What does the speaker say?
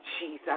Jesus